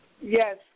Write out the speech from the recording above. Yes